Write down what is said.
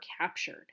captured